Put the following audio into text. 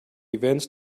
events